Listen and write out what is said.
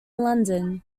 london